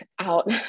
out